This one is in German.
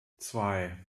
zwei